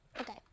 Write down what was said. Okay